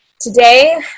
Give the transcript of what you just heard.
Today